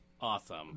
awesome